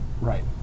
Right